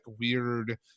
weird